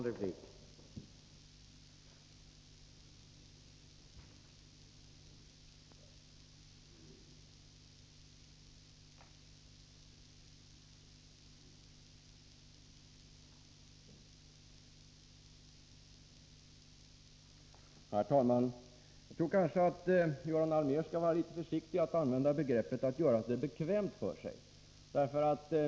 Herr talman! Göran Allmér borde kanske vara litet försiktig med att använda begreppet ”göra det bekvämt för sig”.